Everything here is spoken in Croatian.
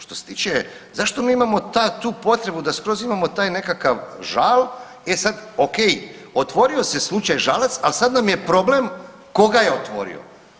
Što se tiče, zašto mi imamo tu potrebu da skroz imamo taj nekakav žal, e sad ok otvorio se slučaj Žalac, al sad nam je problem koga je otvorio.